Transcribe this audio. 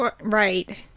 Right